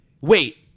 wait